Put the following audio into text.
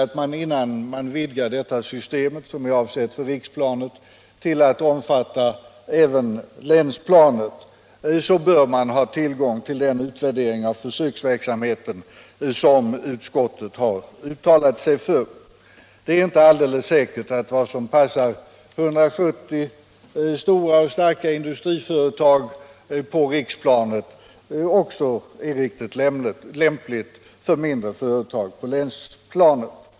Innan man vidgar detta system, som är avsett för riksplanet, till att omfatta även länsplanet bör man ha tillgång till den utvärdering av försöksverksamheten som utskottet har uttalat sig för. Det är inte alldeles säkert att det som passar 170 stora och starka industriföretag på riksplanet är riktigt lämpligt också för mindre företag på länsplanet.